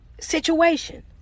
situation